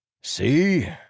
See